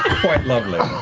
quite lovely.